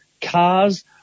cars